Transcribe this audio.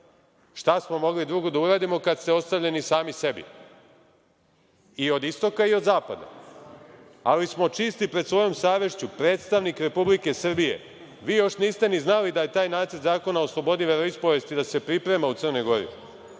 Šta smo mogli drugo da uradimo kad ste ostavljeni sami sebi? I od istoka i od zapada? Ali, smo čisti pred svojom savešću, predstavnik Republike Srbije, a vi još niste ni znali da je taj Nacrt zakona o slobodi veroispovesti, da se priprema u Crnoj Gori.